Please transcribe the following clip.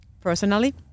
personally